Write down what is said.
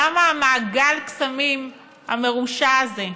למה מעגל הקסמים המרושע הזה?